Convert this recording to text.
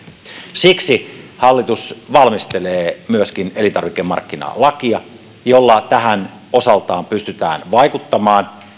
siksi hallitus valmistelee myöskin elintarvikemarkkinalakia jolla tähän osaltaan pystytään vaikuttamaan